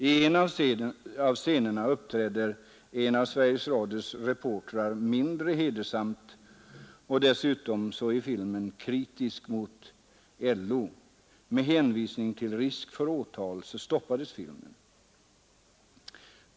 I en av scenerna uppträder en av Sveriges Radios reportrar mindre hedersamt, och dessutom är filmen kritisk mot LO. Med hänvisning till risk för åtal stoppades filmen.